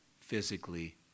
physically